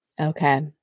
Okay